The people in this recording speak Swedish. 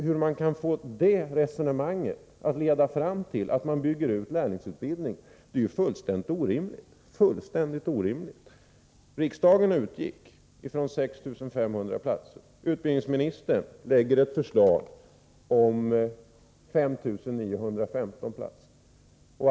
Hur man kan få det resonemanget att leda fram till att lärlingsutbildningen byggs ut är fullständigt obegripligt. Riksdagen utgick från 6 500 platser. Utbildningsministern lägger fram ett förslag om 5915 platser.